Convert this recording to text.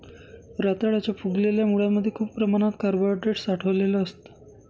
रताळ्याच्या फुगलेल्या मुळांमध्ये खूप प्रमाणात कार्बोहायड्रेट साठलेलं असतं